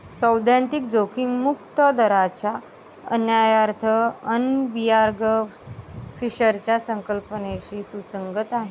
सैद्धांतिक जोखीम मुक्त दराचा अन्वयार्थ आयर्विंग फिशरच्या संकल्पनेशी सुसंगत आहे